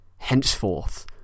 Henceforth